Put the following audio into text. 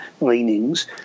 leanings